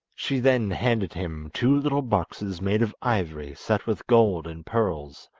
she then handed him two little boxes made of ivory set with gold and pearls.